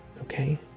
Okay